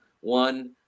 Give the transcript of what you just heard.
one